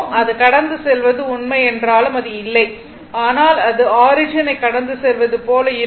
அது கடந்து செல்வது உண்மை என்றாலும் அது இல்லை ஆனால் அது ஆரிஜினை கடந்து செல்வது போல இருக்கும்